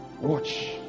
watch